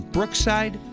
Brookside